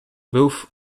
both